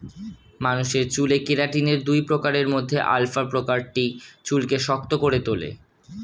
মানুষের চুলে কেরাটিনের দুই প্রকারের মধ্যে আলফা প্রকারটি চুলকে শক্ত করে তোলে